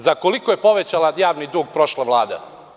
Za koliko je povećala javni dug prošla Vlada?